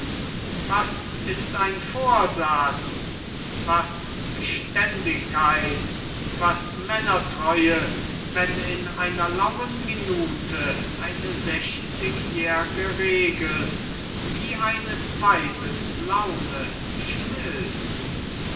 was ist ein vorsatz was beständigkeit was männertreue wenn in einer lauen minute eine sechzigjährge regel wie eines weibes laune schmilzt